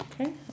Okay